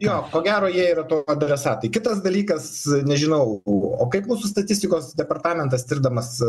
jo ko gero jie yra to adresatai kitas dalykas nežinau buvo o kaip mūsų statistikos departamentas tirdamas